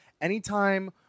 anytime